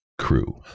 crew